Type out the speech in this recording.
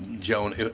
Joan